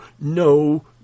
no